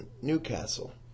Newcastle